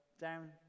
down